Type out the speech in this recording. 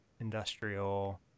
industrial